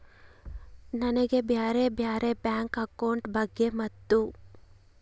ನನಗೆ ಬ್ಯಾರೆ ಬ್ಯಾರೆ ಬ್ಯಾಂಕ್ ಅಕೌಂಟ್ ಬಗ್ಗೆ ಮತ್ತು?